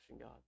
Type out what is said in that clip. God